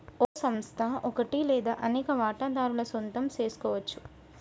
ఓ సంస్థ ఒకటి లేదా అనేక వాటాదారుల సొంతం సెసుకోవచ్చు